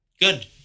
Good